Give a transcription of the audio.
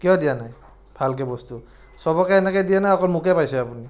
কিয় দিয়া নাই ভালকৈ বস্তু চবকৈ এনেকৈ দিয়ে নে অকল মোকেই পাইছে আপুনি